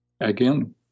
again